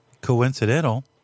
coincidental